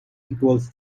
equals